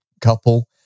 couple